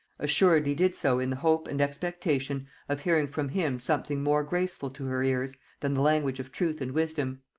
assuredly did so in the hope and expectation of hearing from him something more graceful to her ears than the language of truth and wisdom.